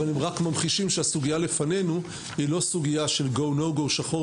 אבל הם רק ממחישים שהסוגיה לפנינו היא לא סוגיה של שחור